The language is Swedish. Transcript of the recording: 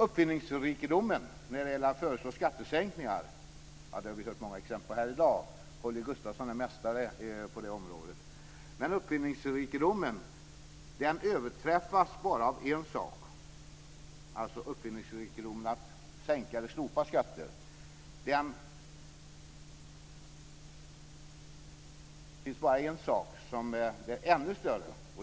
Uppfinningsrikedomen när det gäller att föreslå skattesänkningar har vi hört många exempel på här i dag. Holger Gustafsson är en mästare på det området. Denna uppfinningsrikedom överträffas bara av en sak, nämligen idérikedomen då det